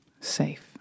safe